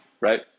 Right